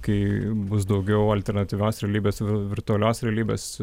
kai bus daugiau alternatyvios realybės virtualios realybės